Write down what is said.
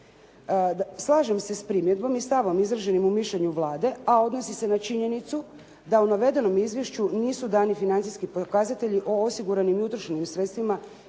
Slažem se sa p0rimjedbom i stavom izraženim u mišljenju Vlade, a odnosi se na činjenicu da u navedenom izvješću nisu dani financijski pokazatelji o osiguranim i utrošenim sredstvima